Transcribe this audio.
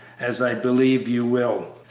as i believe you will.